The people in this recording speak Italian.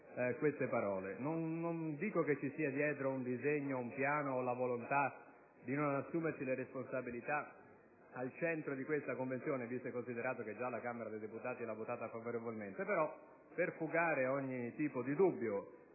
queste parole. Non dico che ci sia dietro un disegno, un piano o la volontà di non assumersi le responsabilità al centro di questa Convenzione, visto e considerato che già la Camera dei deputati l'ha votata favorevolmente, però, per fugare ogni tipo di dubbio,